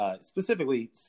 specifically